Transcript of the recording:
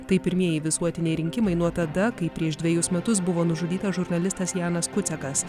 tai pirmieji visuotiniai rinkimai nuo tada kai prieš dvejus metus buvo nužudytas žurnalistas janas kuciakas